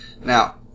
Now